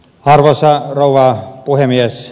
arvoisa rouva puhemies